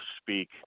speak